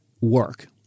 work